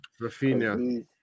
rafinha